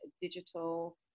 digital